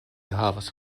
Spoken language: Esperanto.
havas